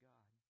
God